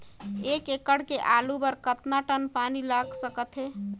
एक एकड़ के आलू बर कतका टन पानी लाग सकथे?